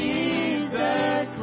Jesus